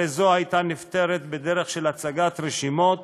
הרי זו הייתה נפתרת בדרך של הצגת רשימות